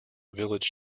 village